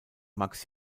max